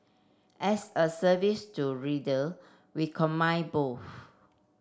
as a service to reader we combine both